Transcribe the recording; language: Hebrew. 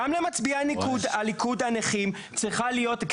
גם למצביע הליכוד הנכים צריכה להיות,